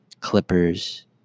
clippers